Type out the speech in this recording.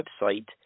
website